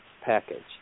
package